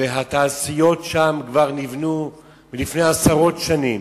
והתעשיות שם נבנו לפני עשרות שנים.